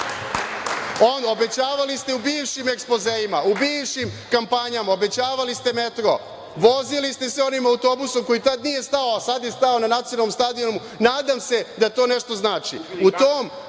Beogradu. Obećavali ste u bivšim ekspozeima, u bivšim kampanja metro. Vozili ste se onim autobusom koji tada nije stao, a tada nije stao na nacionalnom stadionu, nadam se da to nešto znači.